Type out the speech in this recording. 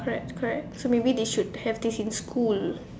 correct correct so maybe they should have this in school